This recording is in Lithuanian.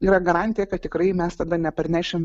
yra garantija kad tikrai mes tada neparnešim